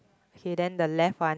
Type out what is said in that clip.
okay then the left one